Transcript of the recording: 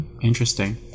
Interesting